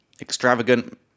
Extravagant